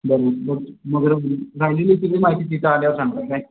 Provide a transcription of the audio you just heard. बरं बरं मग राहिलेली सगळी माहिती तिथं आल्यावर सांगाणार काय